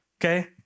Okay